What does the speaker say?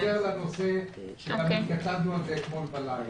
אני חוזר לנושא שגם התכתבנו עליו אתמול בלילה.